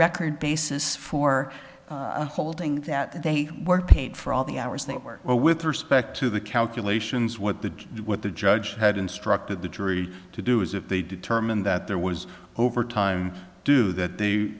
record basis for holding that that they weren't paid for all the hours that work well with respect to the calculations what the what the judge had instructed the jury to do is if they determine that there was overtime do that the